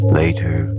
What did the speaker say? later